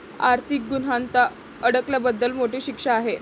आर्थिक गुन्ह्यात अडकल्याबद्दल मोठी शिक्षा आहे